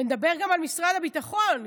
נדבר גם על משרד הביטחון.